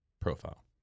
profile